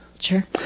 Sure